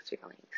feelings